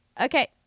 okay